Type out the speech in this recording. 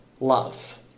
love